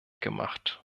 gemacht